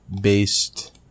based